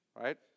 Right